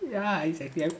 ya exactly